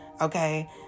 okay